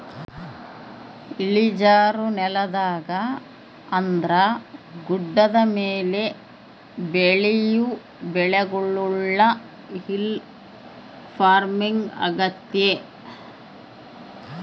ಇಳಿಜಾರು ನೆಲದಾಗ ಅಂದ್ರ ಗುಡ್ಡದ ಮೇಲೆ ಬೆಳಿಯೊ ಬೆಳೆಗುಳ್ನ ಹಿಲ್ ಪಾರ್ಮಿಂಗ್ ಆಗ್ಯತೆ